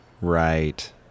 Right